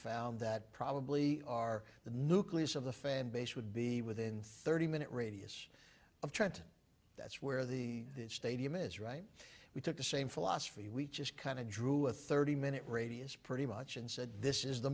found that probably our the nucleus of the fan base would be within thirty minute radius of trenton that's where the stadium is right we took the same philosophy we just kind of drew a thirty minute radius pretty much and said this is the